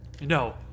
No